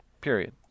Period